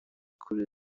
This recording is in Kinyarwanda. kuri